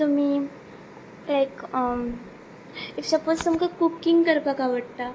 तुमी like if suppose तुमकां cooking करपाक आवडटा